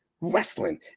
wrestling